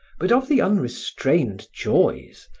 but of the unrestrained joys,